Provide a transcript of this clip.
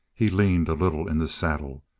he leaned a little in the saddle.